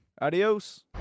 Adios